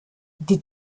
die